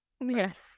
Yes